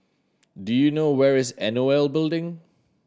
do you know where is N O L Building